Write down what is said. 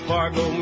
Fargo